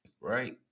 right